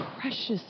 precious